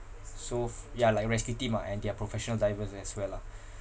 so f~ ya like rescue team ah and they're professional divers as well lah